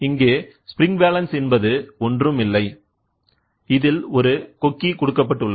இங்கே spring balance என்பது ஒன்றுமில்லை இதில் ஒரு கொக்கி உள்ளது